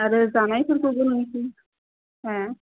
आरो जानायफोरखौ नोंसोरो हो